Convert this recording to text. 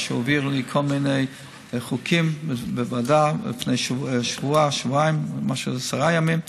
שהעביר כל מיני חוקים בוועדה לפני שבוע-שבועיים-עשרה ימים.